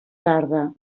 tarda